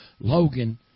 Logan